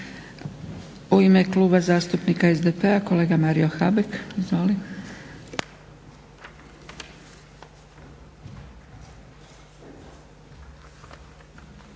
U ime Kluba zastupnika SDP-a kolega Mario Habek.